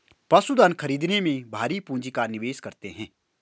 पशुधन खरीदने में भारी पूँजी का निवेश करते हैं